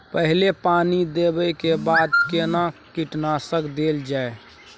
पहिले पानी देबै के बाद केना कीटनासक देल जाय?